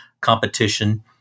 competition